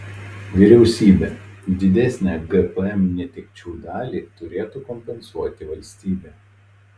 vyriausybė didesnę gpm netekčių dalį turėtų kompensuoti valstybė